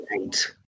eight